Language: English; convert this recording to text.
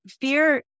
fear